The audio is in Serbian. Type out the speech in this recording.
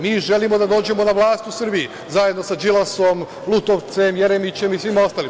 Mi želimo da dođemo na vlast u Srbiju zajedno sa Đilasom, Lutovcem, Jeremićem i svima ostalima.